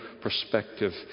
perspective